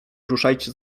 ruszajcie